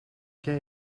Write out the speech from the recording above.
jij